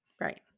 Right